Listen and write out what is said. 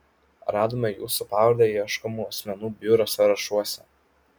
radome jūsų pavardę ieškomų asmenų biuro sąrašuose